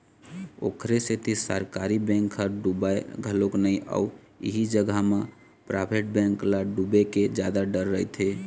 ओखरे सेती सरकारी बेंक ह डुबय घलोक नइ अउ इही जगा म पराइवेट बेंक ल डुबे के जादा डर रहिथे